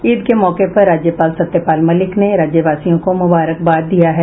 ईद के मौके पर राज्यपाल सत्यपाल मलिक ने राज्यवासियों को मुबारकबाद दिया है